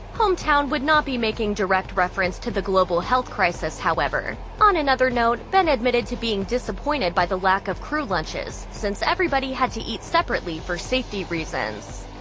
home town would not be making direct reference to the global health crisis, however. however. on another note, ben admitted to being disappointed by the lack of crew lunches, since everybody had to eat separately for safety reasons.